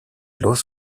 los